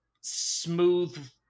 smooth